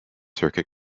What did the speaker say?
circuit